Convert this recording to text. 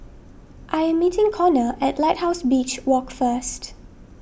I am meeting Konner at Lighthouse Beach Walk first